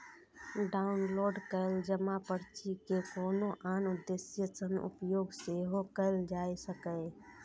download कैल जमा पर्ची के कोनो आन उद्देश्य सं उपयोग सेहो कैल जा सकैए